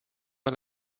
par